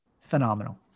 phenomenal